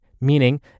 meaning